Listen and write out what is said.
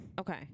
Okay